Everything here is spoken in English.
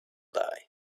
die